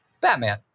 Batman